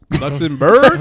Luxembourg